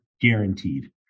guaranteed